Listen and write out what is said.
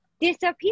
disappear